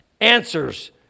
answers